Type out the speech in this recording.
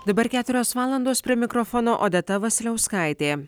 dabar keturios valandos prie mikrofono odeta vasiliauskaitė